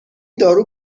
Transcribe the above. دارو